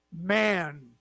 man